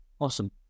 Awesome